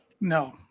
No